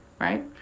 right